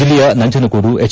ಜಿಲ್ಲೆಯ ನಂಜನಗೂಡು ಹೆಚ್